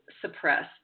suppressed